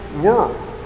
world